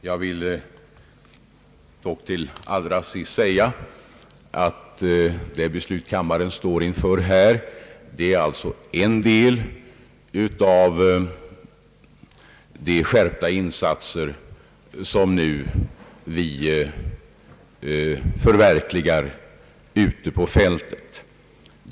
Jag vill dock allra sist säga att det beslut kammarens ledamöter står i begrepp att fatta blir en del av de skärpta insatser som vi nu förverkligar ute på fältet.